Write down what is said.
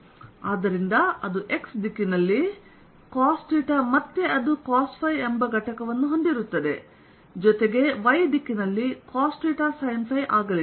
ಆದ್ದರಿಂದ ಅದು x ದಿಕ್ಕಿನಲ್ಲಿ cosθ ಮತ್ತೆ ಅದುcosϕಎಂಬ ಘಟಕವನ್ನು ಹೊಂದಿರುತ್ತದೆ ಜೊತೆಗೆ y ದಿಕ್ಕಿನಲ್ಲಿ cosθ sinϕಆಗಲಿದೆ